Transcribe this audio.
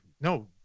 no